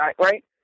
right